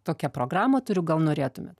tokią programą turiu gal norėtumėt